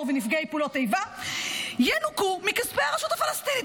ונפגעי פעולות איבה ינוכו מכספי הרשות הפלסטינית,